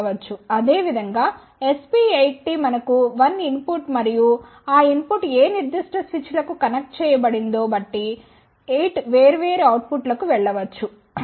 అదేవిధంగా SP8T మనకు 1 input మరియు ఆ ఇన్పుట్ ఏ నిర్దిష్ట స్విచ్లకు కనెక్ట్ చేయబడిందో బట్టి 8 వేర్వేరు అవుట్పుట్లకు వెళ్ళవచ్చు